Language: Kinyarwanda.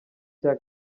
cya